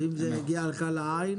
אם זה מגיע לעין?